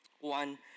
One